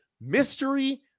mystery